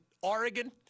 Oregon